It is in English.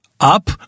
up